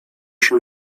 się